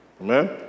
Amen